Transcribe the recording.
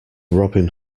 robin